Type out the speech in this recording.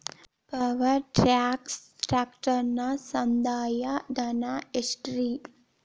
Power track ಟ್ರ್ಯಾಕ್ಟರನ ಸಂದಾಯ ಧನ ಎಷ್ಟ್ ರಿ?